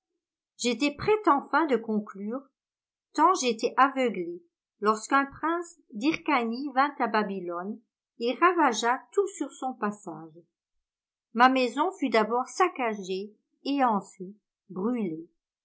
j'étais prêt enfin de conclure tant j'étais aveuglé lorsqu'un prince d'hyrcanie vint à babylone et ravagea tout sur son passage ma maison fut d'abord saccagée et ensuite brûlée